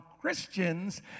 Christians